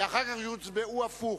ואחר כך יוצבעו הפוך.